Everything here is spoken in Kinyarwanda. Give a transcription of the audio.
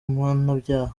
mpanabyaha